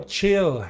Chill